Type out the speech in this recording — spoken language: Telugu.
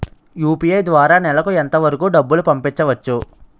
యు.పి.ఐ ద్వారా నెలకు ఎంత వరకూ డబ్బులు పంపించవచ్చు?